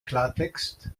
klartext